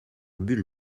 bulle